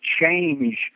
change